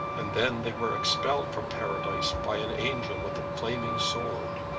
and then they were expelled from paradise by an angel with a flaming sword.